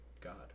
God